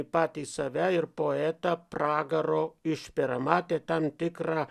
patį save ir poetą pragaro išpera matė tam tikrą